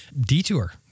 Detour